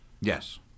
Yes